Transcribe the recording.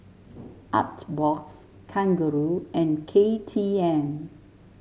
Artbox Kangaroo and K T M